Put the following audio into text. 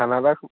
খানা এটা